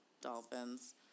Dolphins